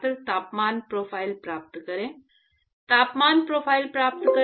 र तापमान प्रोफ़ाइल प्राप्त करें तापमान प्रोफ़ाइल प्राप्त करें